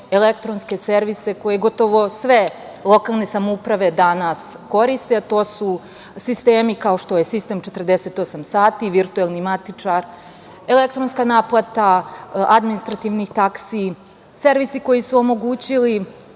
elektronske servise koje gotovo sve lokalne samouprave danas koriste, a to su sistemi kao što je „Sistem 48 sati“, „Virtualni matičar“, elektronska naplata administrativnih taksi, servisi koji su omogućili